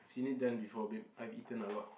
seen it done before babe I've eaten a lot